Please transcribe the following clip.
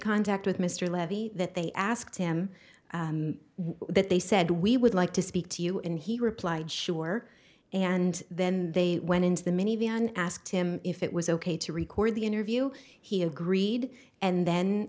contact with mr levy that they asked him what they said we would like to speak to you and he replied sure and then they went into the minivan asked him if it was ok to record the interview he agreed and then